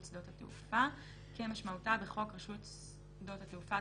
שדות התעופה כמשמעותה בחוק רשות שדות התעופה,